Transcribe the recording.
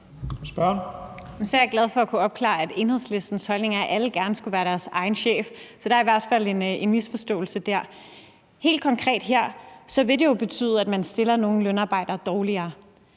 er jeg glad for at kunne opklare, at Enhedslistens holdning er, at alle gerne skulle være deres egen chef. Så der er i hvert fald misforståelse der. Helt konkret vil det jo betyde, at man stiller nogle lønarbejdere dårligere,